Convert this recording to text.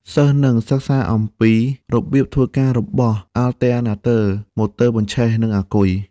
សិស្សនឹងសិក្សាអំពីរបៀបធ្វើការរបស់ អាល់ទែណាទ័រ, ម៉ូទ័របញ្ឆេះ និង អាគុយ។